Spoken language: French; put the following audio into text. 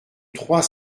trois